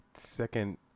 second